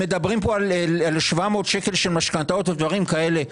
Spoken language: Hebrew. מדברים פה על 700 שקלים של משכנתאות ודברים כאלה.